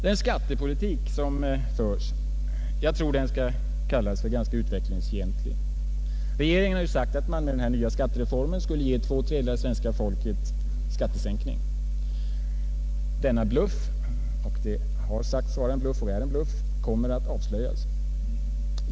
Den skattepolitik som förs är ganska utvecklingsfientlig. Regeringen har sagt att den nya skattereformen skulle ge två tredjedelar av svenska folkets skattesänkning. Denna bluff — det har sagts vara en bluff och det är en bluff — kommer nu att avslöjas.